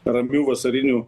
ramių vasarinių